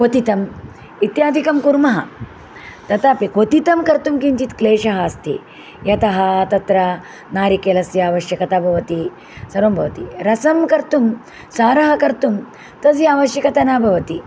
क्वथितम् इत्यादिकं कुर्मः तथापि क्वथितं कर्तुं किञ्चित् क्लेशः अस्ति यतः तत्र नारिकेलस्य आवश्यकता भवति सर्वं बवति रसं कर्तुं सारः कर्तुं तस्य आवश्यकता न भवति